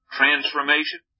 transformation